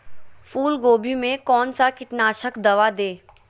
फूलगोभी में कौन सा कीटनाशक दवा दे?